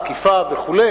תקיפה וכו'.